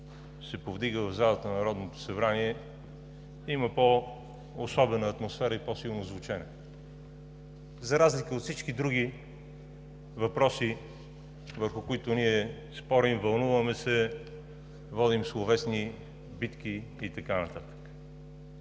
се повдига в залата на Народното събрание, има по-особена атмосфера и по-силно звучене, за разлика от всички други въпроси, върху които ние спорим, вълнуваме се, водим словесни битки и така нататък.